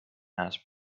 has